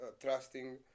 trusting